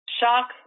shock